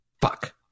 Fuck